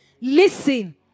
Listen